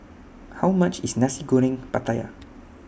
How much IS Nasi Goreng Pattaya